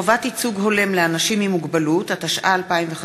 התשע"ה 2015,